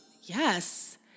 Yes